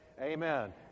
amen